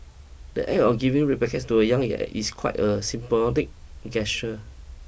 the act of giving red packets to the young yet is quite a symbolic